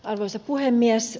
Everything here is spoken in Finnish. arvoisa puhemies